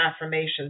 affirmations